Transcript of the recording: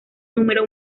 número